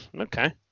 okay